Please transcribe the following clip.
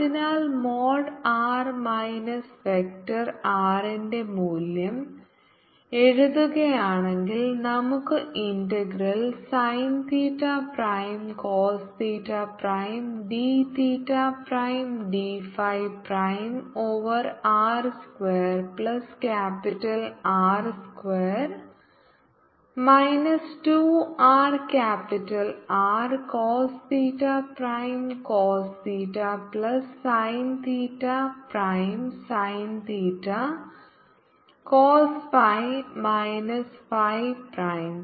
അതിനാൽ mod R minus vector R ന്റെ മൂല്യം എഴുതുകയാണെങ്കിൽ നമുക്ക് integral sine theta prime cos theta prime d theta prime d phi prime over R square plus capital R square minus 2 R capital R cos theta prime cos theta plus sine theta prime sine theta cos phi minus phi prime